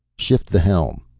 shift the helm,